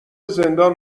زندان